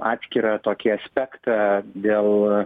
atskirą tokį aspektą dėl